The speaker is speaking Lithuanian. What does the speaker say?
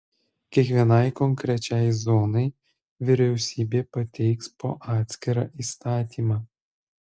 kiekvienai konkrečiai zonai vyriausybė pateiks po atskirą įstatymą